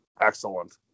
excellent